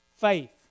faith